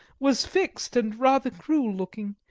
was fixed and rather cruel-looking,